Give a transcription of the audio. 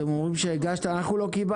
אתם אומרים שהגשתם, אבל אנחנו לא קיבלנו.